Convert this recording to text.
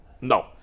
No